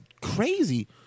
crazy